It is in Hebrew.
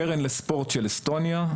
הקרן לספורט של אסטוניה,